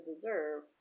deserve